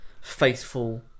faithful